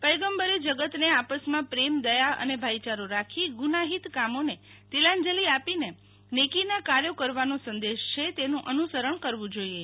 પયંગબરે જગતને આપસમા પ્રેમદયા અને ભાઈયારો રાખી ગુનાહિત કામોને તિલાંજલી આપીને નેકીના કાર્યો કરવાનો સંદેશ છે તેનું અનુ સરણ કરવુ જોઈએ